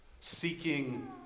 seeking